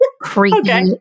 creepy